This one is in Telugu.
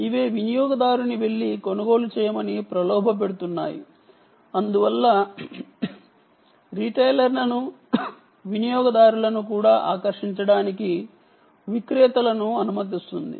ఇవి వినియోగదారుని వెళ్లి కొనుగోలు చేయమని ప్రలోభపెడుతున్నాయి అందువల్ల రిటైలర్లను వినియోగదారులను కూడా ఆకర్షించడానికి విక్రేతలను అనుమతిస్తుంది